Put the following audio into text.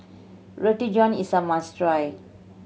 Roti John is a must try